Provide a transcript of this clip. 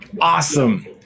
Awesome